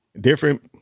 Different